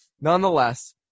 nonetheless